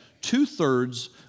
two-thirds